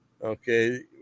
Okay